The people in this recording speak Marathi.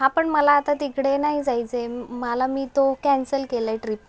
हां पण मला आता तिकडे नाही जायचं आहे मला मी तो कॅन्सल केलं आहे ट्रिप